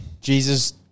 Jesus